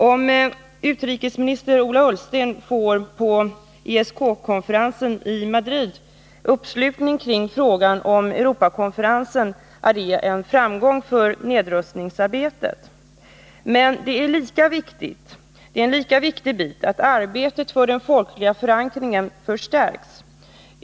Om utrikesminister Ola Ullsten på ESK-konferensen i Madrid får uppslutning kring frågan om Europakonferensen är det en framgång för nedrustningsarbetet, men det är en lika viktig bit att arbetet för den folkliga förankringen förstärks.